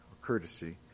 courtesy